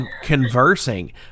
conversing